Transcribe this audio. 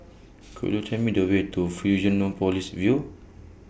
Could YOU Tell Me The Way to Fusionopolis View